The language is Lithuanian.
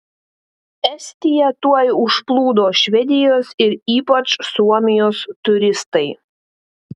estiją tuoj užplūdo švedijos ir ypač suomijos turistai